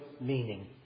meaning